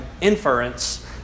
inference